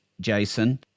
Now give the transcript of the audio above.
Jason